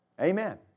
Amen